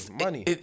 money